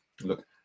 Look